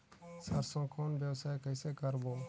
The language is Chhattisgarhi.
सरसो कौन व्यवसाय कइसे करबो?